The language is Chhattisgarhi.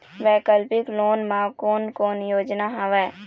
वैकल्पिक लोन मा कोन कोन योजना हवए?